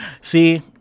See